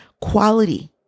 Quality